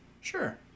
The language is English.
Sure